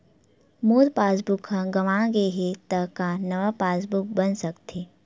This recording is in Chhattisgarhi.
मोर पासबुक ह गंवा गे हे त का नवा पास बुक बन सकथे?